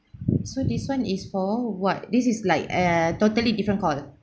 so this one is for what this is like err totally different call